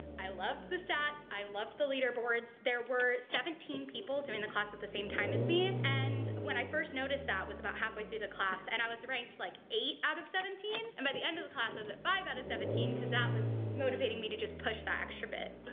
i loved the stats, i loved the leader boards. there were seventeen people doing the class at the same time as me and when i first noticed that was about halfway through the class and i was ranked like eight out of seventeen and by the end of the class i was at five out of seventeen, cause that was motivating me to just push that extra bit.